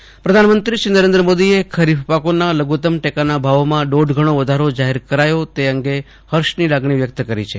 ખરીફ પાકો પ્રધાનમંત્રી નરેન્દ્ર મોદીએ ખરીફપાકોના લઘુત્તમ ટેકાના ભાવોમાં દોઢ ગણો વધારો જાહેર કરાયો તે અંગે હર્ષની લાગણી વ્યક્ત કરી છે